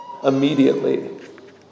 immediately